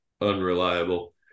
unreliable